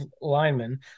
lineman